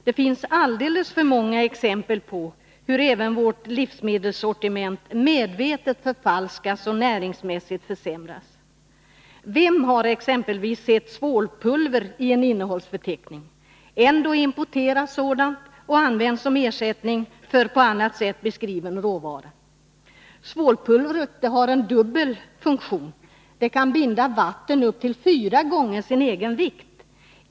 Det finns alldeles för många exempel på hur vårt livsmedelssortiment också medvetet förfalskas och näringsmässigt försämras. Vem har exempelvis sett svålpulver i en innehållsförteckning? Ändå importeras det och används som ersättning för på annat sätt beskriven råvara. Svålpulvret har en dubbel funktion; det kan binda vatten upp till fyra gånger sin egen vikt.